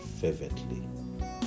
fervently